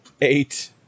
eight